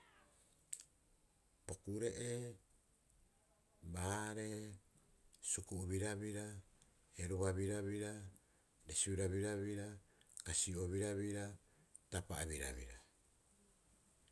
Bo kure'ee baaree suku'u birabira, heruba birabira, resiu birabira, kasio birabira, tapa'a birabira.